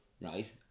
right